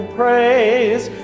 praise